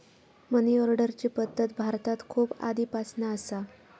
मनी ऑर्डरची पद्धत भारतात खूप आधीपासना असा